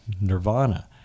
Nirvana